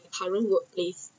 from my current work place